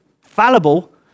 fallible